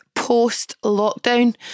post-lockdown